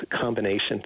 combination